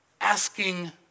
asking